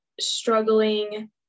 struggling